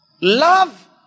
Love